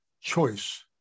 choice